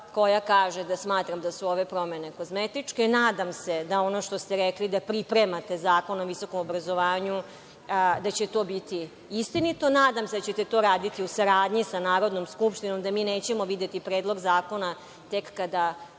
koja kaže da smatram da su ove promene kozmetičke. Nadam se da ono što ste rekli da pripremate zakon o visokom obrazovanju da će to biti istinito. Nadam se da ćete to raditi u saradnji sa Narodnom skupštinom, da mi nećemo videti Predlog zakona tek kada